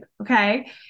okay